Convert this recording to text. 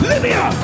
Libya